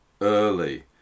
early